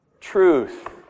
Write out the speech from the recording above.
truth